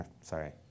sorry